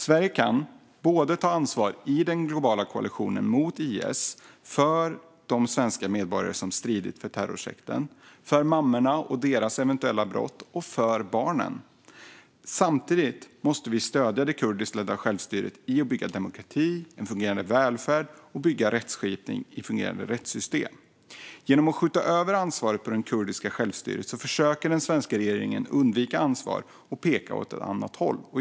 Sverige kan ta sitt ansvar både i den globala koalitionen mot IS och för de svenska medborgare som stridit för terrorsekten, för mammor och deras eventuella brott och för barnen. Samtidigt måste vi stödja det kurdiska självstyret i att bygga demokrati, fungerande välfärd och fungerande system för rättskipning. Genom att skjuta över ansvaret på det kurdiska självstyret försöker den svenska regeringen undvika ansvar och peka åt ett annat håll.